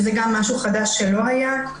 זה גם משהו חדש שלא היה.